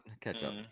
ketchup